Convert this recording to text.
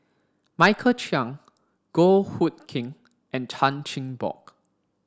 Michael Chiang Goh Hood Keng and Chan Chin Bock